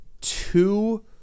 two